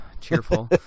Cheerful